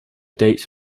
dates